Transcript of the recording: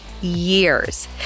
years